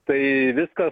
tai viskas